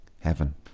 Heaven